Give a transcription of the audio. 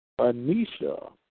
Anisha